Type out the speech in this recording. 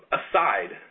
aside